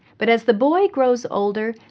but as the boy grows older,